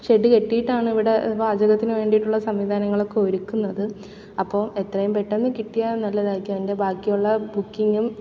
shed കെട്ടിയിട്ടാണിവിടെ പാചകത്തിനു വേണ്ടിയിട്ടുള്ള സംവിധാനങ്ങളൊക്കെ ഒരുക്കുന്നത് അപ്പോൾ എത്രയും പെട്ടെന്നു കിട്ടിയാൽ നല്ലതായിരിക്കും അതിന്റെ ബാക്കിയുള്ള ബുക്കിങ്ങും